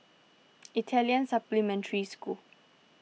Italian Supplementary School